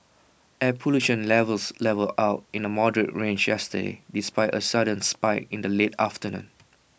air pollution levels levelled out in the moderate range yesterday despite A sudden spike in the late afternoon